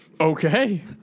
Okay